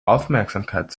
aufmerksamkeit